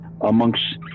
amongst